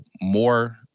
more